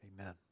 Amen